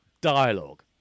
Dialogue